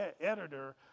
editor